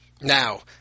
now